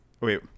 wait